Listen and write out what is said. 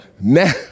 now